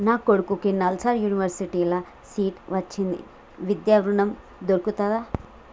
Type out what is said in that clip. నా కొడుకుకి నల్సార్ యూనివర్సిటీ ల సీట్ వచ్చింది విద్య ఋణం దొర్కుతదా?